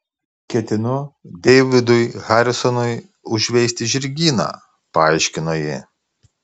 ketinu deividui harisonui užveisti žirgyną paaiškino ji